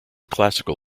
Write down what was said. classical